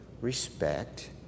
respect